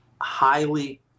highly